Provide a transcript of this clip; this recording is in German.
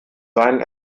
seinen